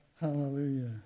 Hallelujah